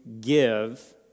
give